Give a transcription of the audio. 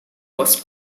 was